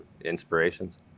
inspirations